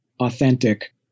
authentic